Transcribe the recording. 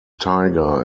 tiger